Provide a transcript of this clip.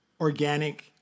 organic